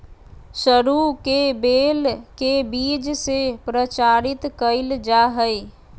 सरू के बेल के बीज से प्रचारित कइल जा हइ